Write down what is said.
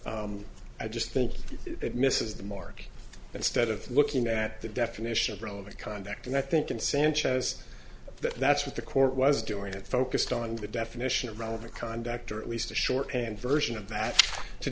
four i just think it misses the mark instead of looking at the definition of relevant conduct and i think in sanchez that that's what the court was doing it focused on the definition of relevant conduct or at least a shorthand version of that to